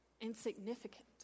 insignificant